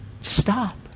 Stop